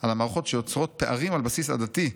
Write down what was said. על המערכות שיוצרות פערים על בסיס עדתי,